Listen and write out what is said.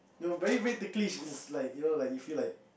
no but it's very ticklish is like you know like you feel like